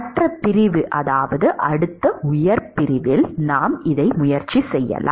மற்ற பிரிவு அதாவது அடுத்த உயர் பிரிவில் நாம் முயற்சி செய்யலாம்